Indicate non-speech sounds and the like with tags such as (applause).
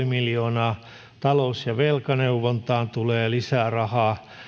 (unintelligible) miljoonaa talous ja velkaneuvontaan tulee lisää rahaa